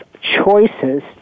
choices